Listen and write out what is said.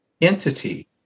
entity